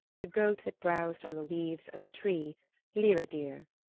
the goat that browsed on the leaves of the tree laeradir.